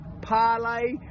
parlay